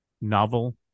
novel